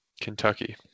Kentucky